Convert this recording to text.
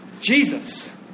Jesus